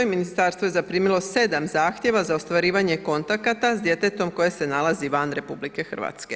Ministarstvo je zaprimilo 7 zahtjeva za ostvarivanje kontakata s djetetom koje se nalazi van RH.